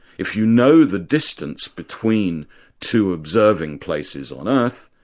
if you know the distance between two observing places on earth,